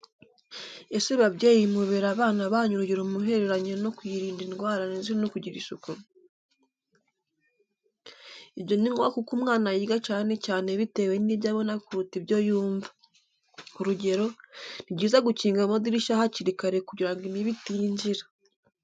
Ese babyeyi mubera abana banyu urugero mu hereranye no kwirinda indwara ndetse no kugira isuku? Ibyo ni ngombwa kuko umwana yiga cyane cyane bitewe nibyo abona kuruta ibyo yumva. Urugero, nibyiza gukinga amadirishya hakiri kare kugira ngo imibu itinjira.